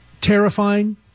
terrifying